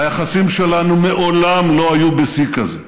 היחסים שלנו מעולם לא היו בשיא כזה,